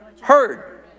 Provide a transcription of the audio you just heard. heard